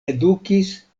edukis